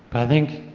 i think,